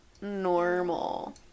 normal